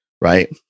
Right